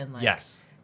Yes